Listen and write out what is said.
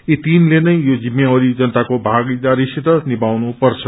यी तीनले नै यो जिम्मेवारी जनमाको भागीदारीसित निभाउनुपर्छ